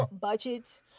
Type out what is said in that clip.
budget